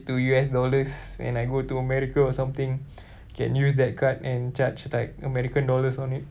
to U_S dollars and I go to america or something can use that card and charge like american dollars on it